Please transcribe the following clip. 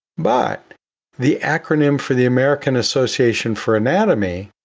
but the acronym for the american association for anatomy,